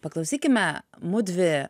paklausykime mudvi